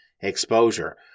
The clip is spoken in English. exposure